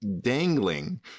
dangling